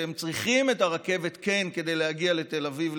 והם צריכים את הרכבת כדי להגיע לתל אביב,